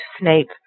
Snape